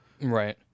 Right